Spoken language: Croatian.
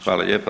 Hvala lijepa.